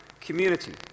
community